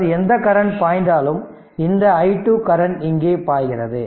அதாவது எந்த கரண்ட் பாய்ந்தாலும் இந்த i2 கரண்ட் இங்கே பாய்கிறது